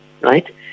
right